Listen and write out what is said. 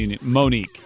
Monique